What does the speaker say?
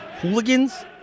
Hooligans